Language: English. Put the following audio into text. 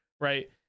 Right